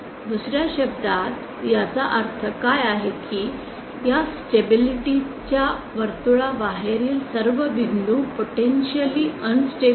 दुसर्या शब्दांमध्ये याचा अर्थ काय आहे की या स्टेबिलिटी च्या वर्तुळाबाहेरील सर्व बिंदू पोटेंशिअलि अनन्स्टेबल आहेत